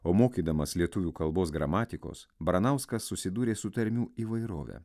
o mokydamas lietuvių kalbos gramatikos baranauskas susidūrė su tarmių įvairove